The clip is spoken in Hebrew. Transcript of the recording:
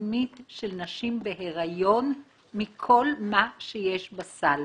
העצמית של נשים בהריון מכל מה שיש בסל.